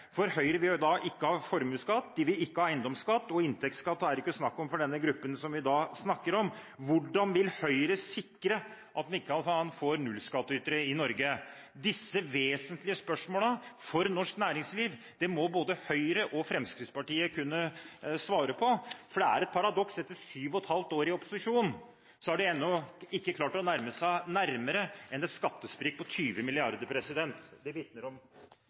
For Høyre vil ikke ha formuesskatt, de vil ikke ha eiendomsskatt, og inntektsskatt er ikke på tale for den gruppen som vi snakker om. Hvordan vil Høyre sikre at man ikke får nullskattytere i Norge? Disse vesentlige spørsmålene for norsk næringsliv må både Høyre og Fremskrittspartiet kunne svare på. For det er et paradoks at etter 7,5 år i opposisjon har de ennå ikke klart å nærme seg nærmere enn et skattesprik på 20 mrd. kr. Det vitner om